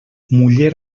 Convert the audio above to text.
muller